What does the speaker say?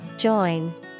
Join